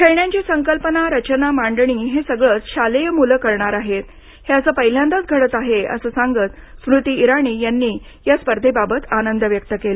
खेळण्यांची संकल्पना रचना मांडणी हे सगळंच शालेय मुलं करणार आहेत हे असं पहिल्यांदाच घडतं आहे असं सांगत स्मृती इराणी यांनी या स्पर्धेबाबत आनंद व्यक्त केला